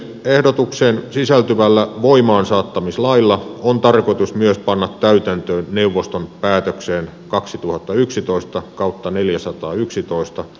ehdotukseen sisältyvällä voimaansaattamislailla on tarkoitus myös panna täytäntöön neuvoston päätökseen kaksituhattayksitoista kautta neljäsataayksitoista